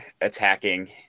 attacking